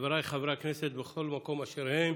חבריי חברי הכנסת בכל מקום אשר הם,